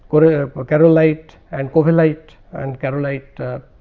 but ah but charolite and cohelite and carolite ah